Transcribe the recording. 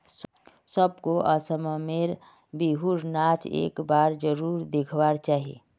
सबको असम में र बिहु र नाच एक बार जरुर दिखवा चाहि